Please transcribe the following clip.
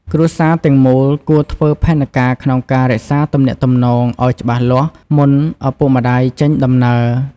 គ្រួសារទាំងមូលគួរធ្វើផែនការក្នុងការរក្សាទំនាក់ទំនងឲ្យច្បាស់លាស់ មុនឪពុកម្តាយចេញដំណើរ។